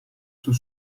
sul